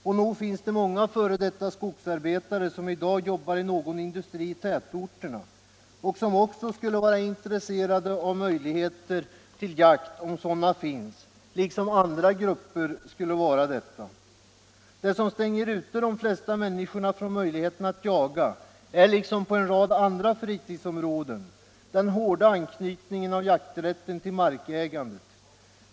Och nog finns det många före detta skogsarbetare som i dag jobbar i någon industri i tätorterna och som också skulle vara intresserade av möjligheter till jakt om sådana fanns, liksom andra grupper skulle vara det. Det som stänger ute de flesta människor från möjligheten att jaga är den hårda anknytningen av jakträtten till markägandet.